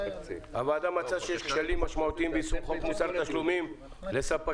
הוועדה מצאה שיש כשלים משמעותיים ביישום חוק מוסר תשלומים לספקים,